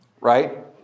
Right